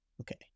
okay